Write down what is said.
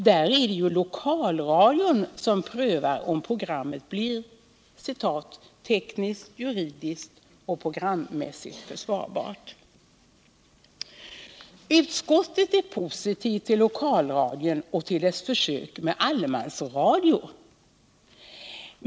Där är det lokalradion som prövar om programmet blir ”tekniskt, juridiskt och programmässigt försvarbart”. Utskottet är positivt till lokalradion och till dess försök med ”allemansradio”.